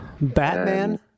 Batman